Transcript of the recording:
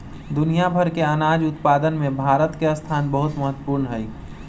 दुनिया भर के अनाज उत्पादन में भारत के स्थान बहुत महत्वपूर्ण हई